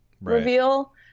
reveal